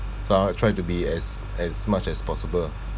so I want to try to be as as much as possible